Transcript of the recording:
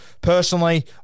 Personally